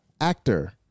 Actor